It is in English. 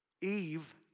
Eve